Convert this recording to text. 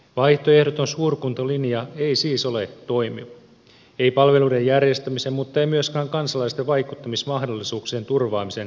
vaihtoehdoton suurkuntalinja ei siis ole toimiva ei palveluiden järjestämisen mutta ei myöskään kansalaisten vaikuttamismahdollisuuksien turvaamisen vuoksi